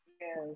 yes